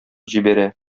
җибәрә